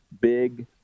big